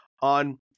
on